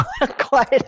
quiet